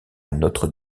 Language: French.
notre